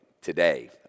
Today